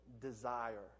desire